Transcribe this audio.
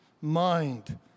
mind